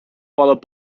followed